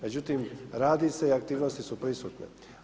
Međutim, radi se i aktivnosti su prisutne.